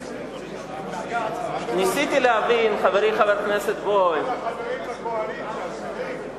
תגיד לחברים בקואליציה, שרים.